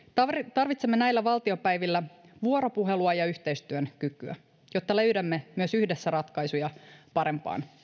tarvitsemme näillä valtiopäivillä vuoropuhelua ja yhteistyön kykyä jotta löydämme yhdessä myös ratkaisuja parempaan